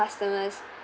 customers